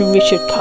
Richard